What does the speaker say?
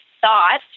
thought